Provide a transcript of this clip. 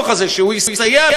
התלהבנו.